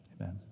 Amen